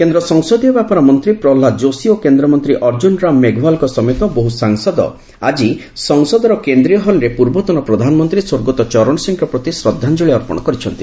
କେନ୍ଦ୍ର ସଂସଦୀୟ ବ୍ୟାପାର ମନ୍ତ୍ରୀ ପ୍ରହଲ୍ଲାଦ ଯୋଶୀ ଓ କେନ୍ଦ୍ର ମନ୍ତ୍ରୀ ଅର୍ଜ୍ଜୁନ ରାମ ମେଘୱାଲଙ୍କ ସମେତ ବହୁ ସାଂସଦ ଆଜି ସଂସଦର କେନ୍ଦ୍ରୀୟ ହଲ୍ରେ ପୂର୍ବତନ ପ୍ରଧାନମନ୍ତ୍ରୀ ସ୍ୱର୍ଗତ ଚରଣ ସିଂହଙ୍କ ପ୍ରତି ଶ୍ରଦ୍ଧାଞ୍ଜଳୀ ଅର୍ପଣ କରିଛନ୍ତି